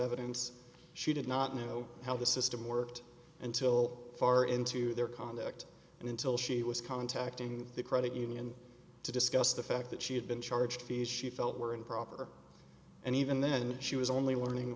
evidence she did not know how the system worked until far into their conduct until she was contacting the credit union to discuss the fact that she had been charged fees she felt were improper and even then she was only learning